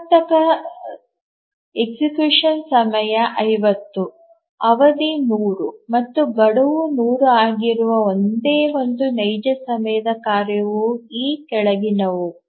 ಆವರ್ತಕ execution ಸಮಯ 50 ಅವಧಿ 100 ಮತ್ತು ಗಡುವು 100 ಆಗಿರುವ ಒಂದೇ ಒಂದು ನೈಜ ಸಮಯದ ಕಾರ್ಯವು ಈ ಕೆಳಗಿನವು